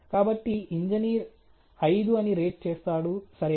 కాబట్టి ఇంజనీర్ 5 అని రేట్ చేస్తాడు సరేనా